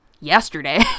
yesterday